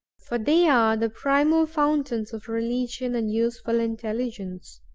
for they are the primal fountains of religion and useful intelligence.